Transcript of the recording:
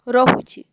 ରହୁଛି